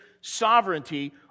sovereignty